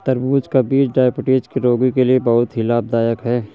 तरबूज का बीज डायबिटीज के रोगी के लिए बहुत ही लाभदायक है